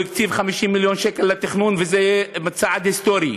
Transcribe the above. הוא הקציב 50 מיליון שקל לתכנון, וזה צעד היסטורי.